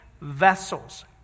vessels